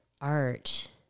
art